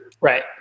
Right